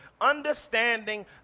understanding